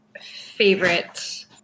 favorite